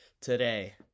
today